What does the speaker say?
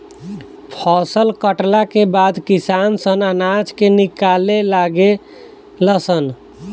फसल कटला के बाद किसान सन अनाज के निकाले लागे ले सन